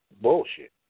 bullshit